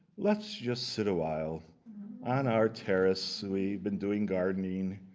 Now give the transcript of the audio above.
let's just sit awhile on our terrace. we've been doing gardening,